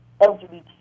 LGBT